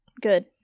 good